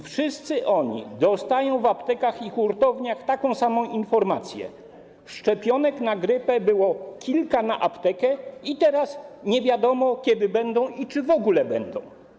Wszyscy oni dostają w aptekach i hurtowniach taką samą informację: szczepionek na grypę było kilka na aptekę i teraz nie wiadomo, kiedy będą i czy w ogóle będą.